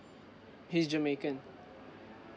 he's jamaican